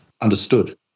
understood